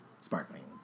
Sparkling